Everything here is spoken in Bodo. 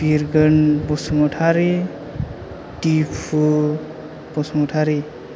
बिरगोन बसुमतारी दिफु बसुमतारी